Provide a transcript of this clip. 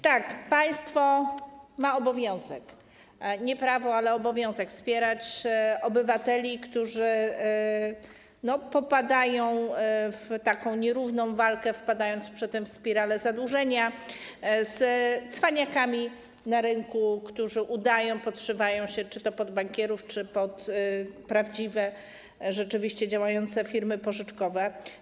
Tak, państwo ma obowiązek, nie prawo, ale obowiązek wspierać obywateli, którzy popadają w nierówną walkę, wpadając przy tym w spiralę zadłużenia, z cwaniakami na rynku, którzy udają, podszywają się czy to pod bankierów, czy pod prawdziwe, rzeczywiście działające firmy pożyczkowe.